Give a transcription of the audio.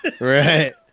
Right